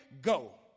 go